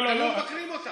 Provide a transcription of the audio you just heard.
אתם לא מבקרים אותם.